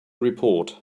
report